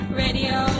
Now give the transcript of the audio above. radio